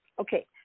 Okay